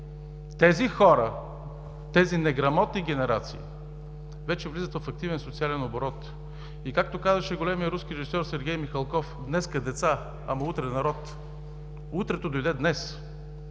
Тези хора, тези неграмотни генерации вече влизат в активен социален оборот и както казваше големият руски режисьор Сергей Михалков: „Днес деца, ама утре народ.“ Утре дойде днес!